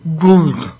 good